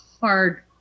hard